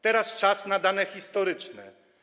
Teraz czas na dane historyczne.